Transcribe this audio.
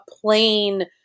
plain